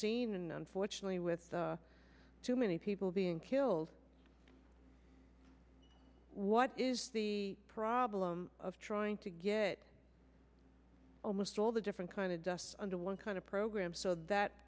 seen unfortunately with too many people being killed what is the problem of trying to get almost all the different kind of just under one kind of program so that